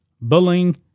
bullying